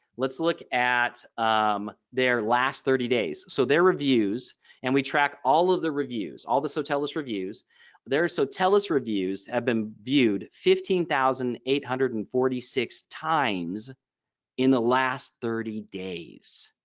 let's look at um their last thirty days so their reviews and we track all of the reviews all this sotellus reviews there. sotellus reviews have been viewed fifteen thousand eight hundred and forty six times in the last thirty days